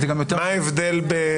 מה ההבדל?